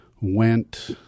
went